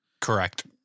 Correct